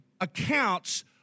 accounts